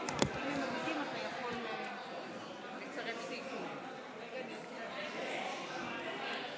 אנחנו עוברים להצבעה בקריאה השנייה על הצעת